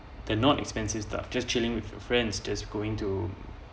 they're not expensive stuff just chilling with your friends just going to